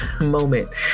moment